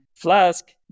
Flask